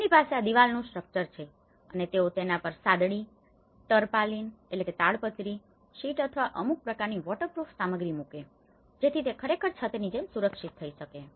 તેમની પાસે આ દિવાલોનુ સ્ટ્રક્ચર છે અને તેઓ તેના પર સાદડી ટરપાલિનtarpaulinતાડપત્રી શીટ અથવા અમુક પ્રકારની વોટરપ્રૂફ સામગ્રી મૂકે છે જેથી તે ખરેખર છતની જેમ સુરક્ષિત થઈ શકે